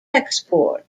export